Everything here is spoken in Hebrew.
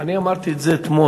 אני אמרתי את זה אתמול.